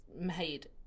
made